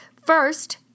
first